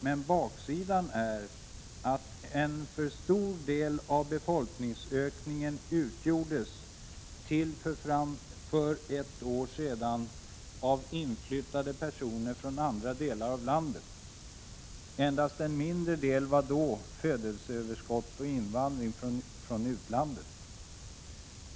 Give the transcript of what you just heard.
Men baksidan är att en för stor del av befolkningsökningen, fram till för ett år sedan, utgjordes av inflyttade personer från andra delar av landet. Endast en mindre del utgjordes av födelseöverskott och invandring från utlandet.